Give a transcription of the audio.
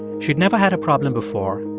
she'd never had a problem before,